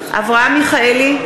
מיכאלי,